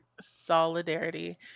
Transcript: solidarity